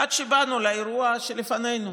עד שבאנו לאירוע שלפנינו.